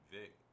Vic